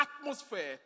atmosphere